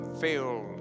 filled